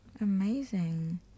amazing